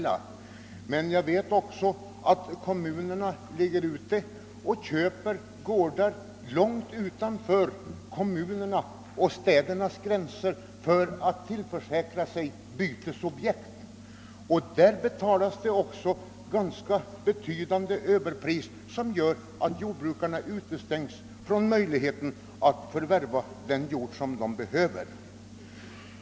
Jag vet emellertid också att kommunerna köper gårdar långt utanför kommunoch stadsgränserna för att tillförsäkra sig bytesobjekt och vid sådana tillfällen betalas det ganska betydande överpriser, vilket gör att jordbrukarna utestängs från möjligheten att förvärva den jord de behöver.